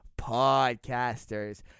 Podcasters